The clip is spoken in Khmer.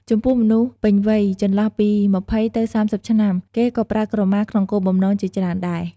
ចំពោះមនុស្សពេញវ័យចន្លោះពី២០ទៅ៣០ឆ្នាំ គេក៏ប្រើក្រមាក្នុងគោលបំណងជាច្រើនដែរ។